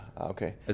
Okay